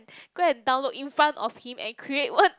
go and download in front of him and create one